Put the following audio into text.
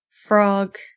frog